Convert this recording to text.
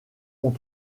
ont